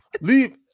Leave